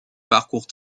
parcours